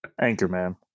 Anchorman